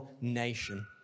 nation